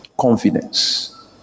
confidence